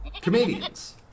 Comedians